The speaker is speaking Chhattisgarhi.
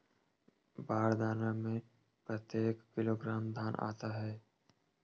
बार दाना में कतेक किलोग्राम धान आता हे?